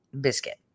Biscuit